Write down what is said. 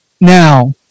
Now